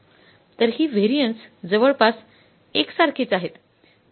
तर ही व्हेरिएन्स जवळपास एकसारखीच आहेत